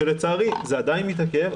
שלצערי זה עדיין מתעכב,